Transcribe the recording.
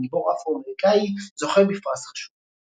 גיבור אפרו-אמריקאי זוכה בפרס חשוב.